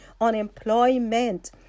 unemployment